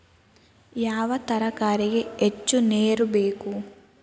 ಯಾವ ತರಕಾರಿಗೆ ಹೆಚ್ಚು ನೇರು ಬೇಕು?